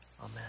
Amen